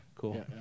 cool